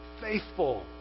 Faithful